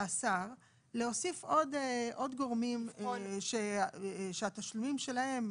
לשר להוסיף עוד גורמים שהתשלומים שלהם,